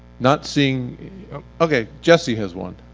not seeing okay. jesse has one.